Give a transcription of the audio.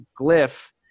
glyph